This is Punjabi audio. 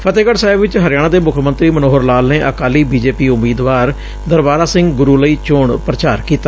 ਫਤਹਿਗੜ ਸਾਹਿਬ ਚ ਹਰਿਆਣਾ ਦੇ ਮੁੱਖ ਮੰਤਰੀ ਮਨੋਹਰ ਲਾਲ ਨੇ ਅਕਾਲੀ ਬੀਜੇਪੀ ਉਮੀਦਵਾਰ ਦਰਬਾਰਾ ਸਿੰਘ ਗੁਰੁ ਲਈ ਚੋਣ ਪੂਚਾਰ ਕੀਤਾ